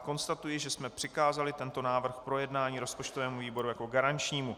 Konstatuji, že jsme přikázali tento návrh k projednání rozpočtovému výboru jako garančnímu.